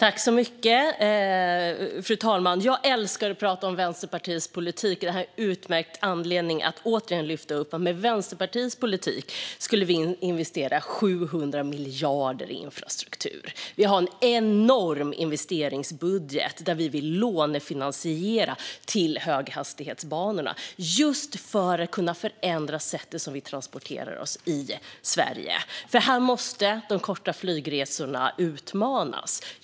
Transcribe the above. Fru talman! Jag älskar att prata om Vänsterpartiets politik. Det här är en utmärkt anledning att återigen lyfta upp att Vänsterpartiet vill investera 700 miljarder i infrastruktur. Vi har en enorm investeringsbudget där vi vill lånefinansiera höghastighetsbanorna, just för att kunna förändra sättet vi transporterar oss på i Sverige. De korta flygresorna måste utmanas.